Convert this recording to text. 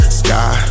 sky